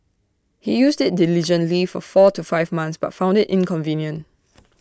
he used IT diligently for four to five months but found IT inconvenient